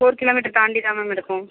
four kilometre தாண்டி தான் ma'am இருக்கும்